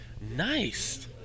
Nice